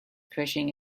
crashing